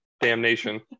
damnation